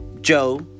Joe